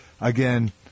again